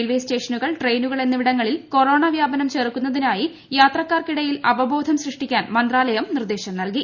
railway സ്റ്റേഷനുകൾ ട്രെയിനുകൾ എന്നിവിടങ്ങളിൽ കൊറോണ വൃാപനം ചെറുക്കുന്നതിനായി യാത്രക്കാർക്കിടയിൽ അവബോധം സൃഷ്ടിക്കാൻ മന്ത്രാലയം നിർദ്ദേശം നൽകി